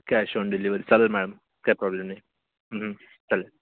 cash on delivery चालेल ma'am काही problem नाही चालेल